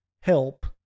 Help